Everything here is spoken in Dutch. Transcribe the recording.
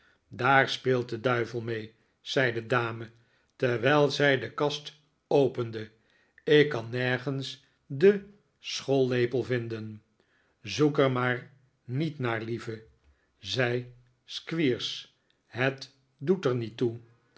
daar speelt de duivel mee zei de dame terwijl zij de kast opende ik kan nergens den schoollepel vinden zoek er maar niet naar lieve zei squeers het doet er niet toe